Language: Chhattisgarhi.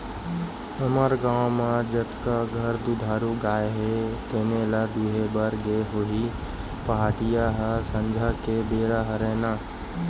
हमर गाँव म जतका घर दुधारू गाय हे तेने ल दुहे बर गे होही पहाटिया ह संझा के बेरा हरय ना